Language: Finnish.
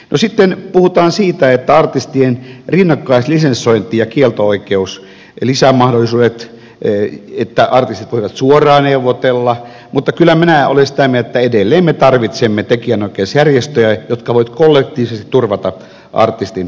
no sitten puhutaan artistien rinnakkaislisensoinnista ja kielto oikeudesta lisämahdollisuuksista että artistit voivat suoraan neuvotella mutta kyllä minä olen sitä mieltä että edelleen me tarvitsemme tekijänoikeusjärjestöjä jotka voivat kollektiivisesti turvata artistin edut